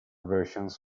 versions